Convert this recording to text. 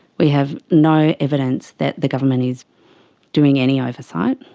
we have no evidence that the government is doing any oversight.